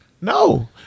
no